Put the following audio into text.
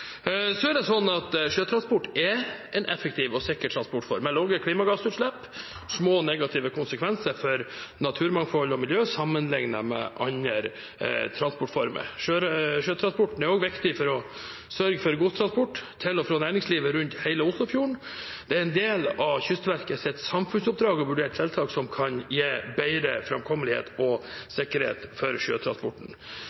Sjøtransport er en effektiv og sikker transportform, med lave klimagassutslipp og små negative konsekvenser for naturmangfold og miljø sammenlignet med andre transportformer. Sjøtransporten er også viktig for å sørge for godstransport til og fra næringslivet rundt hele Oslofjorden. Det er en del av Kystverkets samfunnsoppdrag å vurdere tiltak som kan gi bedre framkommelighet og